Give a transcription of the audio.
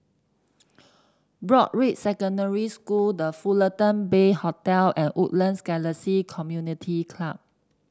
Broadrick Secondary School The Fullerton Bay Hotel and Woodlands Galaxy Community Club